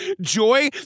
Joy